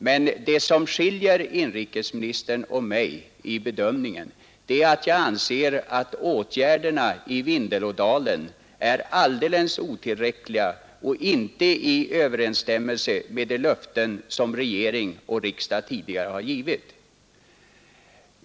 Men det som skiljer inrikesministern och mig i bedömningen är att jag anser att åtgärderna i Vindelådalen är alldeles otillräckliga och inte i överensstämmelse med de löften som regering och riksdag tidigare har givit.